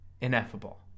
ineffable